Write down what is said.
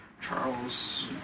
Charles